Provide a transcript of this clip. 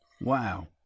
Wow